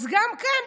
אז גם כאן,